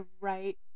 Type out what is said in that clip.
right